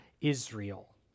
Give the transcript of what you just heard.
Israel